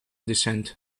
descent